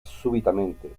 súbitamente